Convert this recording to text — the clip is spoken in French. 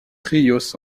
ríos